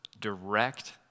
direct